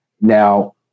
Now